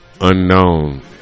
Unknown